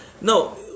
no